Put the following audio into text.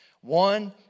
One